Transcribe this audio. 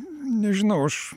nežinau aš